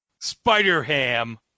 Spider-Ham